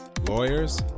lawyers